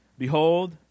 Behold